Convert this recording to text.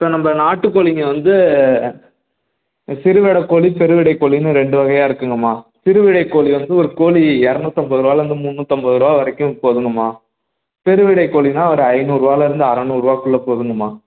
இப்போ நம்ம நாட்டுக் கோழிங்க வந்து சிறுவிடைக் கோழி பெருவிடைக் கோழின்னு ரெண்டு வகையாக இருக்குங்கம்மா சிறுவிடைக் கோழி வந்து ஒரு கோழி இரநூத்தம்பது ரூபாலேந்து முந்நூற்றைம்பது ரூபா வரைக்கும் போதுங்கம்மா பெருவிடைக் கோழின்னா ஒரு ஐந்நூறுபாலேருந்து அறநூறுபாக்குள்ள போதுங்கம்மா